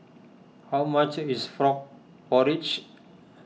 how much is Frog Porridge